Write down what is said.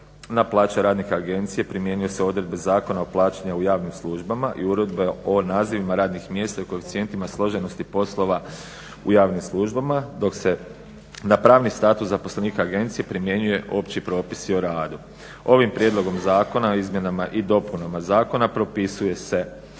Na plaće radnika agencije primjenjuju se odredbe Zakona o plaćanju u javnim službama i Uredba o nazivima radnih mjesta i koeficijenta složenosti poslova u javnim službama, dok se na pravni status zaposlenika agencije primjenjuje opći propisi o radu. Ovim prijedlogom zakona o izmjenama i dopunama zakona propisuje se